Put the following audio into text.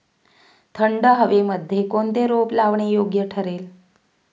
थंड हवेमध्ये कोणते रोप लावणे योग्य ठरेल?